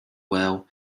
whale